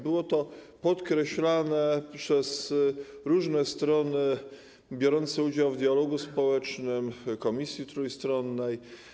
Było to podkreślane przez różne strony biorące udział w dialogu społecznym w komisji trójstronnej.